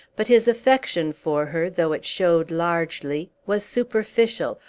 but his affection for her, though it showed largely, was superficial,